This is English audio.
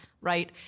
right